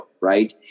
Right